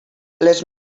les